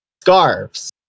scarves